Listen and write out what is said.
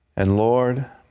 and, lord,